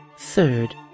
third